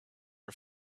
her